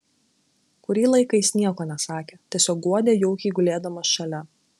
kurį laiką jis nieko nesakė tiesiog guodė jaukiai gulėdamas šalia